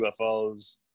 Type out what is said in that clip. UFOs